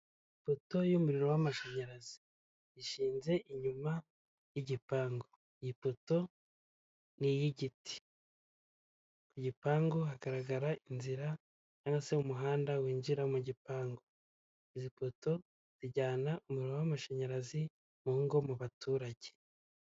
Ifoto y'umuriro w'amashanyarazi ishinze inyuma y'igipangu iyi foto niyi giti. Ku gipangu hagaragara inzira' cyangwa se mu muhanda winjira mu gipangu izi poto zijyana umuriro w'amashanyarazi mu ngo mu baturage.